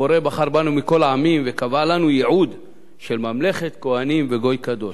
הבורא בחר בנו מכל העמים וקבע לנו ייעוד של ממלכת כוהנים וגוי קדוש.